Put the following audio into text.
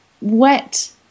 wet